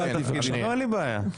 לא, אין לי בעיה.